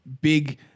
big